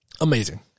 amazing